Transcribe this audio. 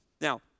Now